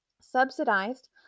Subsidized